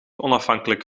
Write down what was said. onafhankelijk